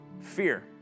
Fear